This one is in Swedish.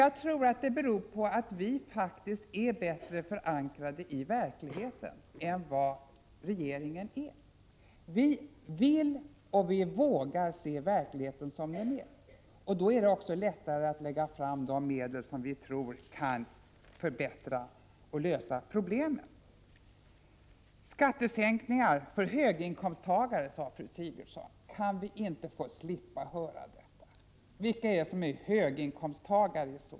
Jag tror att det beror på att vi faktiskt är bättre förankrade i verkligheten än vad regeringen är. Vi vill och vågar se verkligheten som den är. Då är det också lättare att föreslå medel med vars hjälp vi tror att problemen kan lösas. Skattesänkningar för höginkomsttagare, sade fru Sigurdsen. Kan vi inte få slippa få höra detta? Vilka är det i så fall som är höginkomsttagare?